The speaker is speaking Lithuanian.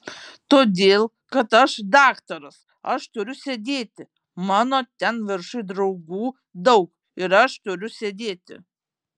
todėl kad aš daktaras aš turiu sėdėti mano ten viršuj draugų daug ir aš turiu sėdėti